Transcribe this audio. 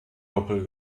doppel